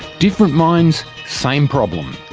different mines, same problem.